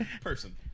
Person